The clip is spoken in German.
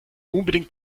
unbedingt